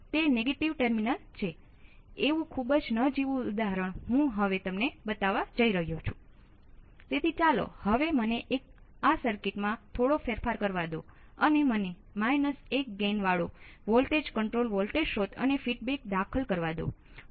એ સ્પષ્ટ છે કે જો Iout બરાબર 0 હોય તો પછી I અને I સમાન હશે અને તે Io ની બરાબર હોય છે આ એકદમ સરળ મોડેલ રહેશે